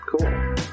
cool